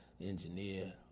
engineer